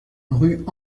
rue